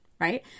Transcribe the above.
right